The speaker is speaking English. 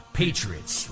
patriots